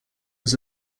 was